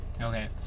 Okay